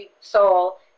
soul